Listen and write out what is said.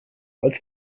als